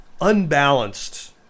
unbalanced